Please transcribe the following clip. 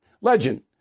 Legend